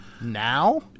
Now